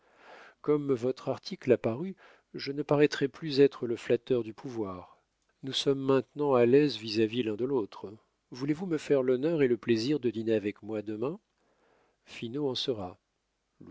comme votre article a paru je ne paraîtrai plus être le flatteur du pouvoir nous sommes maintenant à l'aise vis-à-vis l'un de l'autre voulez-vous me faire l'honneur et le plaisir de dîner avec moi demain finot en sera